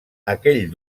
aquell